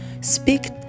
speak